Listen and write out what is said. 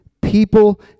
people